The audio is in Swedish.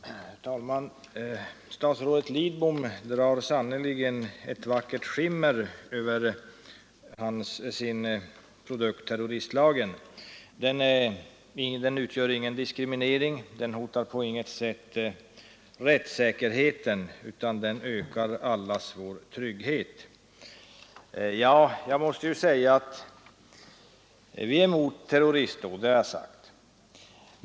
Herr talman! Statsrådet Lidbom drar sannerligen ett vackert skimmer över sin produkt terroristlagen. Den innebär ingen diskriminering, den hotar på intet sätt rättssäkerheten, utan den ökar allas vår trygghet, säger han. Vi har sagt tidigare att vi är emot terroristdåd.